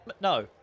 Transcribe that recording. No